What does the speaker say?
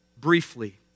briefly